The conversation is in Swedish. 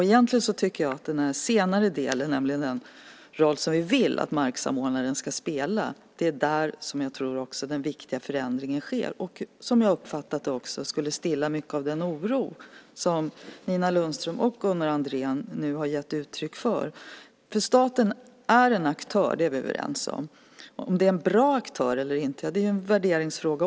Egentligen tycker jag att det är i den senare delen, nämligen den roll som vi vill att marksamordnaren ska spela, som den viktiga förändringen sker och, som jag har uppfattat det, som skulle stilla mycket av den oro som Nina Lundström och Gunnar Andrén nu har gett uttryck för. Staten är en aktör - det är vi överens om. Om det är en bra aktör eller inte är återigen en värderingsfråga.